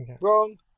Wrong